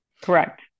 Correct